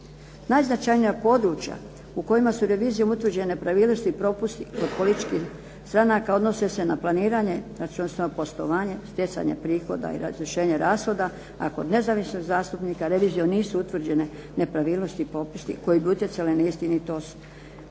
Najznačajnija područja u kojima su revizijom utvrđene nepravilnosti i propusti kod političkih stranaka odnose se na planiranje, znači u odnosu na poslovanje, stjecanje prihoda i razrješenje rashoda a kod nezavisnih zastupnika revizijom nisu utvrđene nepravilnosti i propusti koji bi utjecali na istinitost